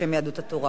בשם יהדות התורה.